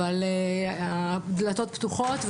אבל הדלתות פתוחות,